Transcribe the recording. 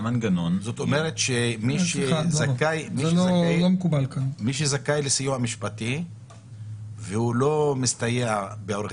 זאת אומרת מי שזכאי לסיוע משפטי והוא לא מסתייע בעורך